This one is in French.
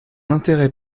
intérêt